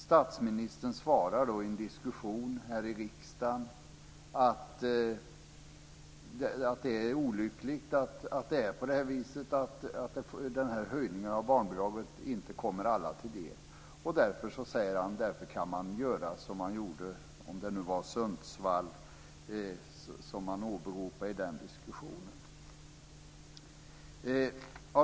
Statsministern svarade i en diskussion här i riksdagen att det var olyckligt att höjningen av barnbidraget inte kom alla till del och att man därför kunde göra på samma sätt som i Sundsvall, om det nu var Sundsvall som han åberopade i diskussionen.